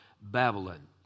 Babylon